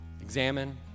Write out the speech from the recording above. examine